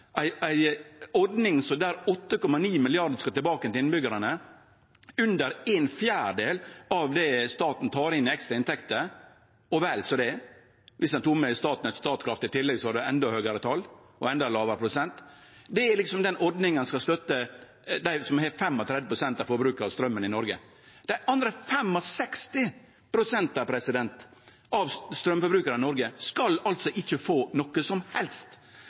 ei ordning der 8,9 mrd. kr skal tilbake til innbyggjarane, som er under ein fjerdedel av det staten tek inn i inntekter, og vel så det, og dersom ein tek med Statkraft og Statnett i tillegg, er det endå høgare tal og endå lågare prosent. Det er den ordninga som skal støtte dei som har 35 pst. av forbruket av straumen i Noreg. Dei andre 65 pst. av straumforbrukarane i Noreg skal altså ikkje få noko som helst,